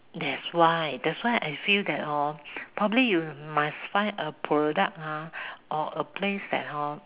that's why that's why I feel that hor probably you must find a product ah or a place that hor